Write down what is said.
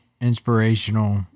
inspirational